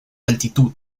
altitud